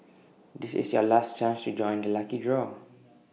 this is your last chance to join the lucky draw